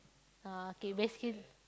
uh okay basic